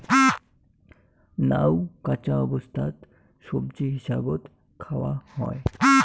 নাউ কাঁচা অবস্থাত সবজি হিসাবত খাওয়াং হই